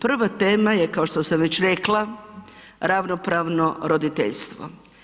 Prva tema je kao što sam već rekla ravnopravno roditeljstvo.